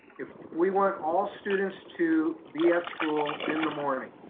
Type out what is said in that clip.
if we want all students to be at school in the morning,